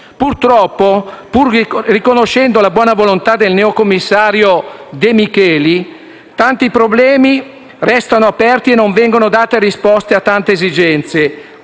Purtroppo, pur riconoscendo la buona volontà del neo commissario alla ricostruzione De Micheli, tanti problemi restano aperti e non vengono date risposte a tante esigenze.